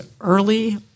early